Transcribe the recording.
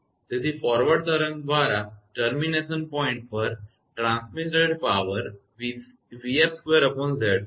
તેથી ફોરવર્ડ તરંગ દ્વારા સમાપ્તિ બિંદુ પર ટ્રાન્સમીટેડ પાવર 𝑣𝑓2𝑍𝑐 હશે